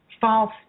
false